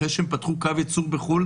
אחרי שהם פתחו קו ייצור בחו"ל,